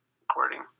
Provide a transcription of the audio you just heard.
recording